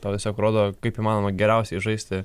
tau tiesiog rodo kaip įmanoma geriausiai žaisti